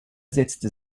setzte